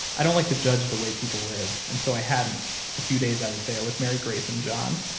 i don't like to judge the way people live, and so i hadn't the few days i was there with mary grace and john.